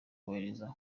kumwohereza